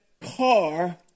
car